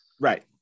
Right